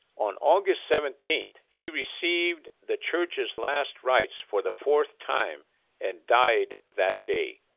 on august seventeenth, he received the church's last rites for the fourth time and died that day.